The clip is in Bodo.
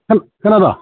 खोनादों